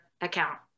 account